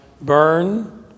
burn